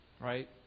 right